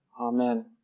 Amen